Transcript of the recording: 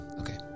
okay